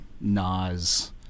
Nas